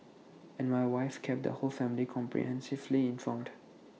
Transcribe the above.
and my wife kept the whole family comprehensively informed